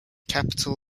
capital